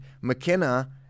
McKenna